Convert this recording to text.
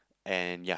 and ya